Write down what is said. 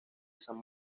san